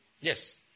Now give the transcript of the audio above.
Yes